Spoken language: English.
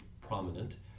prominent